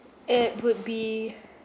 it would be